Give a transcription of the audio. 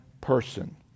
person